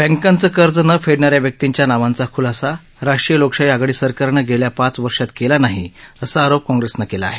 बँकांचं कर्ज नं फेडणाऱ्या व्यक्तींच्या नावांचा खुलासा राष्ट्रीय लोकशाही आघाडी सरकारनं गेल्या पाच वर्षात केला नाही असा आरोप काँप्रेसनं केला आहे